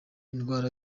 indwara